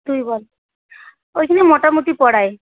তুই বল ওইখানে মোটামুটি পড়ায়